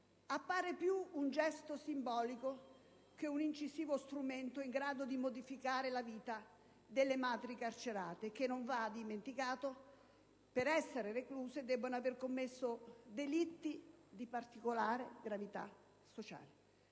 appare più un gesto simbolico che un incisivo strumento in grado di modificare la vita delle madri carcerate che, non va dimenticato, per essere recluse debbono aver commesso delitti di particolare gravità sociale.